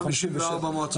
54 מועצות אזוריות.